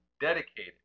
dedicated